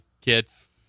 kits